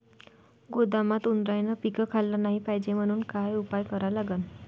गोदामात उंदरायनं पीक खाल्लं नाही पायजे म्हनून का उपाय करा लागन?